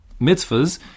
mitzvahs